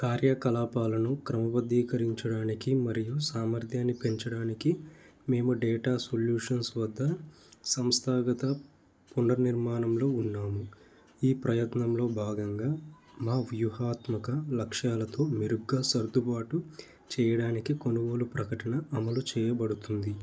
కార్యకలాపాలను క్రమబద్ధీకరించడానికి మరియు సామర్థ్యాన్ని పెంచడానికి మేము డేటా సొల్యూషన్స్ వద్ద సంస్థాగత పునర్నిర్మాణంలో ఉన్నాము ఈ ప్రయత్నంలో భాగంగా మా వ్యూహాత్మక లక్ష్యాలతో మెరుగ్గా సర్దుబాటు చెయ్యడానికి కొనుగోలు ప్రకటన అమలు చెయ్యబడుతుంది